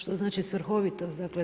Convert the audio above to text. Što znači svrhovitost?